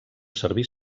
servir